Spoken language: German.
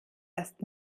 erst